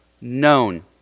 known